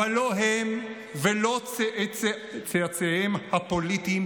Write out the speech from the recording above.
אבל לא הם ולא צאצאיהם הפוליטיים,